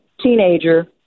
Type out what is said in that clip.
teenager